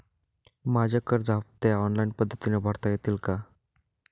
माझे कर्ज हफ्ते ऑनलाईन पद्धतीने भरता येतील का?